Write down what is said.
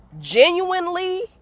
genuinely